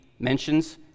mentions